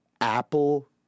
Apple